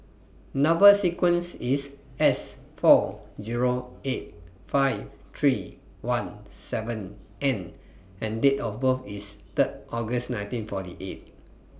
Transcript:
Number sequence IS S four Zero eight five three one seven N and Date of birth IS Third August nineteen forty eight